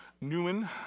Newman